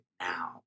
now